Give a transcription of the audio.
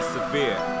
Severe